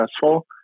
successful